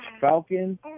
Falcon